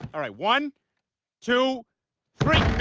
all right, one two three